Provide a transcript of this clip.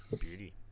beauty